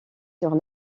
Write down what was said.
sur